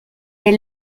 des